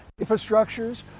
infrastructures